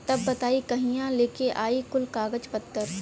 तब बताई कहिया लेके आई कुल कागज पतर?